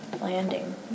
landing